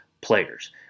players